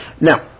Now